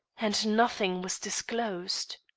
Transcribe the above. and nothing was disclosed.